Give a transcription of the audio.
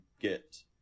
get